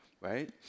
right